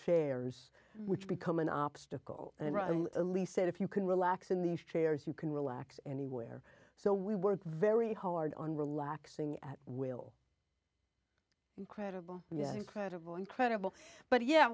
chairs which become an obstacle and elise said if you can relax in these chairs you can relax anywhere so we work very hard on relaxing at will incredible yes credible incredible but yeah